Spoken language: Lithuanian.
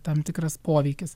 tam tikras poveikis